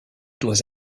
dois